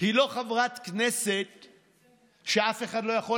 בפרשת שבוע.